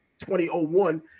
2001